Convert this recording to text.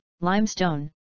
limestone